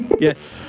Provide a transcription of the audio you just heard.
Yes